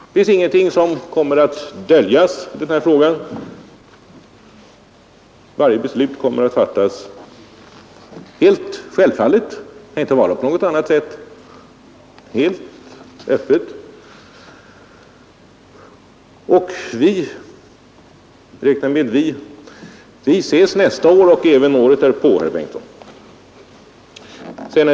Det finns ingenting som kommer att döljas i denna fråga. Varje beslut kommer självfallet att fattas helt öppet. Det kan inte gå till på något annat sätt. Jag räknar med att vi ses nästa år och även året därpå, herr Bengtson.